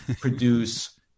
produce